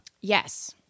Yes